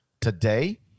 today